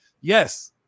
yes